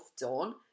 done